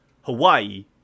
Hawaii